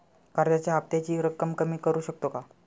कर्जाच्या हफ्त्याची रक्कम कमी करू शकतो का?